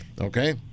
Okay